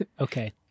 Okay